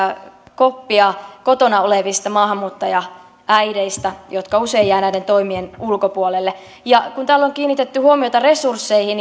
koppia kotona olevista maahanmuuttajaäideistä jotka usein jäävät näiden toimien ulkopuolelle kun täällä on kiinnitetty huomiota resursseihin